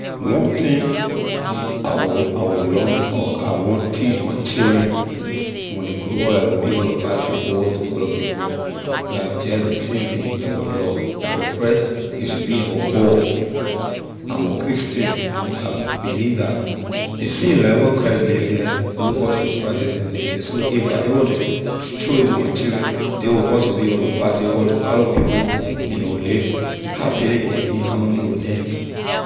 One thing I will want I will love or I want teach my children when ley grow up la ley will be able to pass it over to other people la just ley same thing about love but first a should be god i’m a christian I believe that ley same life where christ live here we all should practice and live it so if I awor to show it to my children they will also be able to pass it over to other people and ley will live happily and in harmony with them.